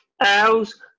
Owls